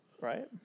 Right